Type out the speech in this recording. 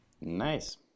Nice